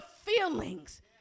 feelings